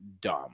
dumb